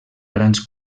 grans